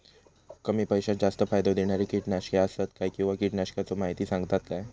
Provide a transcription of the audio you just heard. कमी पैशात जास्त फायदो दिणारी किटकनाशके आसत काय किंवा कीटकनाशकाचो माहिती सांगतात काय?